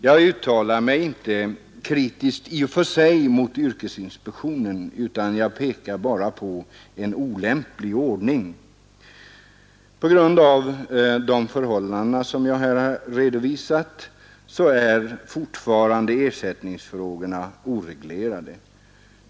Jag uttalar mig i och för sig inte kritiskt mot yrkesinspektionen utan pekar bara på en olämplig ordning. På grund av de förhållanden jag redovisat är ersättningsfrågorna fortfarande oreglerade.